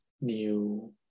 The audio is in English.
new